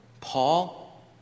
Paul